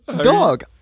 Dog